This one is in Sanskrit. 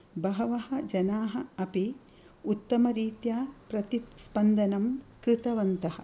बहवः जनाः अपि उत्तमरीत्या प्रतिस्पन्दनं कृतवन्तः